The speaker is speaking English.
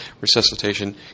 resuscitation